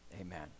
amen